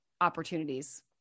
opportunities